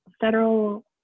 federal